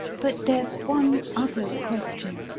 but there's one other question.